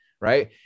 right